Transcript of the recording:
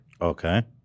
Okay